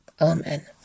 Amen